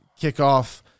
kickoff